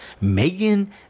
megan